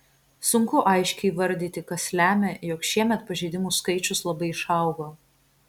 sunku aiškiai įvardyti kas lemia jog šiemet pažeidimų skaičius labai išaugo